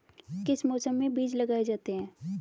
किस मौसम में बीज लगाए जाते हैं?